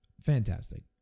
fantastic